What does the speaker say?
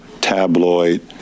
tabloid